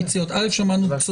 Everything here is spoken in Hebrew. ידיכם באמת עמוסות; שלא ישתמע ממעט